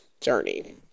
journey